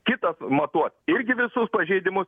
kitas matuos irgi visus pažeidimus